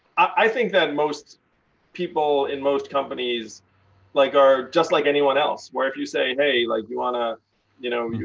i think that most people in most companies like are just like anyone else. where if you say, hey, like, do you want to you know poison